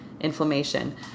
inflammation